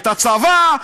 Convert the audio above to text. את הצבא,